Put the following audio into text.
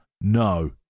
no